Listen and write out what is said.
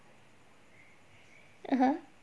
(uh huh)